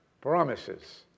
promises